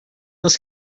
els